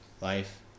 life